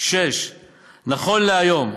6. נכון להיום,